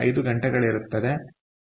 5 ಗಂಟೆಗಳಿರುತ್ತದೆ ಆಗ ಸಿಗುತ್ತದೆ